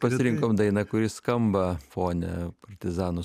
pasirinkom dainą kuri skamba fone partizanus